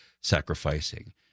sacrificing